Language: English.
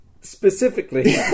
Specifically